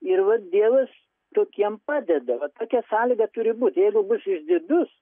ir vat dievas tokiem padeda vat tokia sąlyga turi būt jeigu bus išdidus